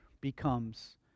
becomes